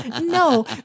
No